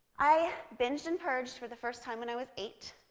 i binged and purged for the first time when i was eight,